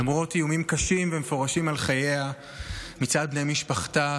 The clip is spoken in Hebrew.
למרות איומים קשים ומפורשים על חייה מצד בני משפחתה,